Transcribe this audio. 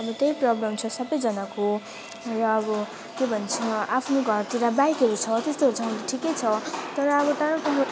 अब त्यही प्रब्लम छ सबजनाको र अब के भन्छ आफ्नो घरतिर बाइकहरू छ त्यस्तोहरू छ भने त ठिकै छ तर अब टाढो टाढो